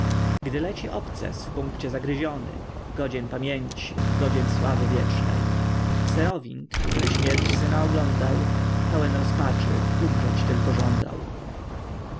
gdy leci obces w punkcie zagryziony godzien pamięci godzien sławy wiecznej serowind który śmierć syna oglądał pełen rozpaczy umrzeć tylko żądał